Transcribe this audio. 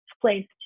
place